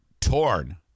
torn